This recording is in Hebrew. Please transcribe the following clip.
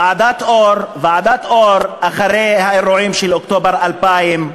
ועדת אור, אחרי האירועים של אוקטובר 2000,